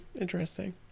Interesting